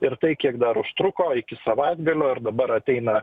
ir tai kiek dar užtruko iki savaitgalio ir dabar ateina